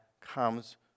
comes